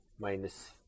Minus